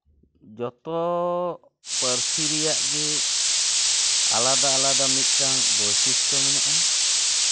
ᱡᱚᱛᱚ ᱯᱟᱹᱨᱥᱤ ᱨᱮᱭᱟᱜ ᱜᱮ ᱟᱞᱟᱫᱟ ᱟᱞᱟᱫᱟ ᱢᱤᱫᱴᱟᱱ ᱵᱳᱭᱥᱤᱥᱴᱚ ᱢᱮᱱᱟᱜᱼᱟ